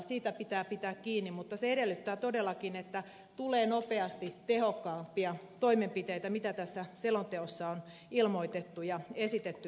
siitä pitää pitää kiinni mutta se edellyttää todellakin että tulee nopeasti tehokkaampia toimenpiteitä kuin mitä tässä selonteossa on ilmoitettu ja esitetty tehtäväksi